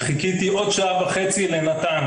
חיכיתי עוד שעה וחצי לנט"ן,